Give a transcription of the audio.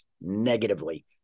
negatively